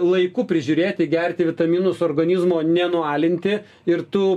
laiku prižiūrėti gerti vitaminus organizmo nenualinti ir tu